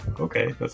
Okay